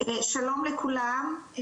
שלום לכולם,